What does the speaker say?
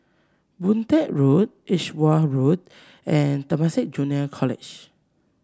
Boon Teck Road Edgeware Road and Temasek Junior College